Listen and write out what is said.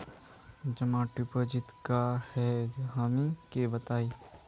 जमा डिपोजिट का हे हमनी के बताई?